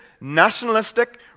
nationalistic